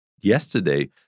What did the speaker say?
yesterday